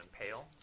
impale